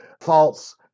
false